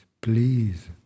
please